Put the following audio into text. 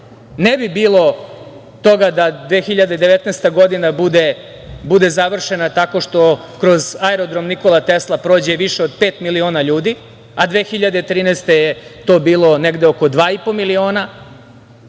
ne bi bilo toga da 2019. godina bude završena tako što kroz aerodrom „Nikola Tesla“ prođe više od pet miliona ljudi, a 2013. je to bilo negde oko 2,5 miliona,